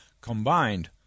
combined